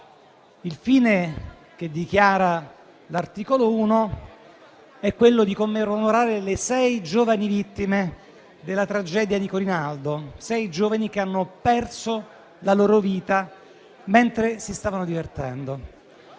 Il fine che dichiara l'articolo 1 è quello di onorare le sei giovani vittime della tragedia di Corinaldo: sei giovani che hanno perso la loro vita mentre si stavano divertendo.